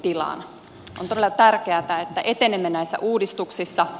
on todella tärkeätä että etenemme näissä uudistuksissa